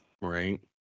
right